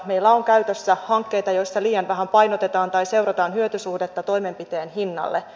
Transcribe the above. meillä on käytössä hankkeita joissa liian vähän painotetaan tai seurataan hyötysuhdetta toimenpiteen hinnalle